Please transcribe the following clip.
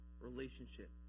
relationship